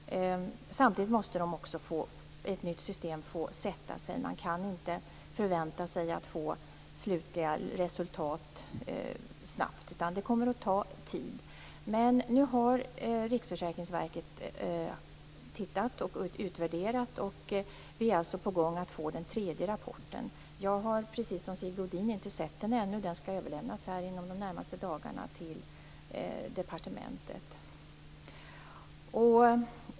Samtidigt måste ett nytt system få sätta sig. Man kan inte förvänta sig att få slutliga resultat snabbt. Det kommer att ta tid. Nu har Riksförsäkringsverket utvärderat frågan, och vi är på väg att få den tredje rapporten. Jag har precis som Sigge Godin inte läst den ännu. Rapporten skall överlämnas inom de närmaste dagarna till departementet.